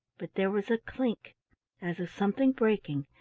but there was a clink as of something breaking,